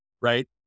right